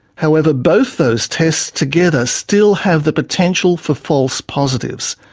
however, both those tests together still have the potential for false positives.